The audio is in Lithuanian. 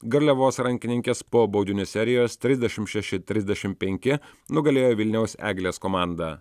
garliavos rankininkės po baudinių serijos trisdešimt šeši trisdešimt penki nugalėjo vilniaus eglės komandą